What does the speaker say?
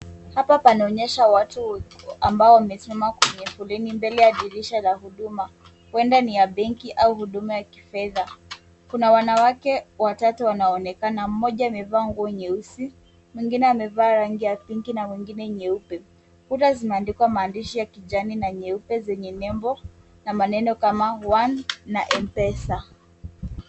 Hapa pana onyesha watu ambao wame simama kwenye foleni mbele ya dirisha la huduma. Huenda ni ya benki au huduma ya kifedha. Kuna wanawake watatu wanaonekana. Mmoja amevaa nguo nyeusi, mwingine amevaa rangi ya pinki, na mwingine nyeupe. Kutaa zimeandikwa maandishi ya kijani na nyeupe zenye nyembo na maneno kama One na M-pesa.